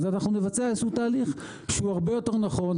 אנחנו נבצע תהליך שהוא הרבה יותר נכון,